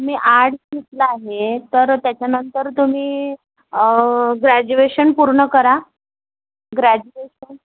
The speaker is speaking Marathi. तुम्ही आर्टस् घेतला आहे तर त्याच्यानंतर तुम्ही ग्रॅजुएशन पूर्ण करा ग्रॅजुएशन